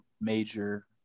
major